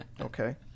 Okay